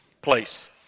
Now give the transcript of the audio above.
place